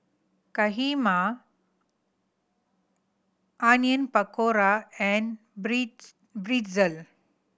Kheema Onion Pakora and Pretzel